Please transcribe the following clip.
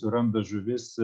suranda žuvis